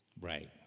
Right